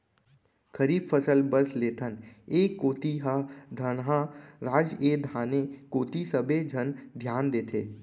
खरीफ फसल बस लेथन, ए कोती ह धनहा राज ए धाने कोती सबे झन धियान देथे